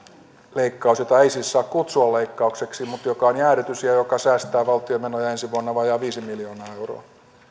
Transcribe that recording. leikkaus jota ei siis saa kutsua leikkaukseksi mutta joka on jäädytys ja joka säästää valtion menoja ensi vuonna vajaat viisi miljoonaa euroa